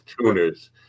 tuners